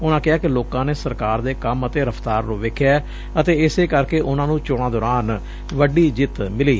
ਉਨਾਂ ਕਿਹਾ ਕਿ ਲੋਕਾਂ ਨੇ ਸਰਕਾਰ ਦੇ ਕੰਮ ਅਤੇ ਰਫ਼ਤਾਰ ਨੂੰ ਵੇਖਿਐ ਅਤੇ ਇਸੇ ਕਰਕੇ ਉਨੂਂ ਨੂੰ ਚੋਣਾਂ ਦੌਰਾਨ ਵੱਡੀ ਜਿਤ ਮਿਲੀ